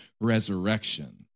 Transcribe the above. resurrection